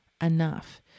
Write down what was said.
enough